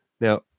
Now